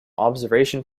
observation